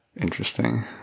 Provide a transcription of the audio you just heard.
Interesting